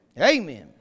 Amen